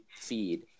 feed